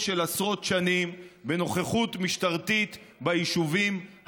זה קשה מאוד לשפר תוצאות ושהמשטרה תקבל לגיטימציה בעיני הציבור הערבי.